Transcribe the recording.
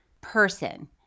person